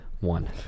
One